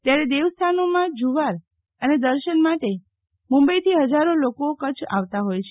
ત્યારે દેવસ્થાનોમાં જુવાર અને અર્શન માટે મુંબઈથી ફજારો લોકો કચ્છ આવતા ફોય છે